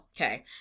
Okay